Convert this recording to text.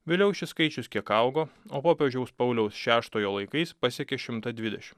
vėliau šis skaičius kiek augo o popiežiaus pauliaus šeštojo laikais pasiekė šimtą dvidešim